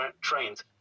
trained